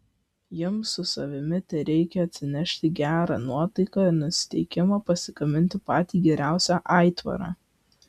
jums su savimi tereikia atsinešti gerą nuotaiką ir nusiteikimą pasigaminti patį geriausią aitvarą